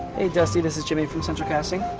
hey dusty, this is jimmy from central casting.